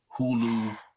Hulu